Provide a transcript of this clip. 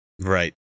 Right